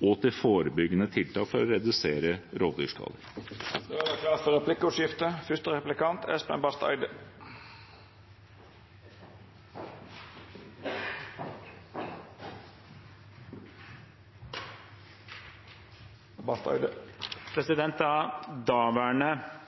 og til forebyggende tiltak for å redusere rovdyrskader. Det vert replikkordskifte. Da daværende